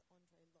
Andre